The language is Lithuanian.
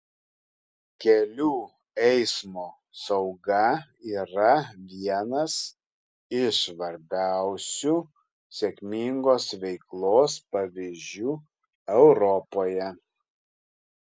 kelių eismo sauga yra vienas iš svarbiausių sėkmingos veiklos pavyzdžių europoje